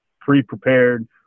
pre-prepared